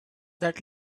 that